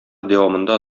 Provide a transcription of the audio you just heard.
дәвамында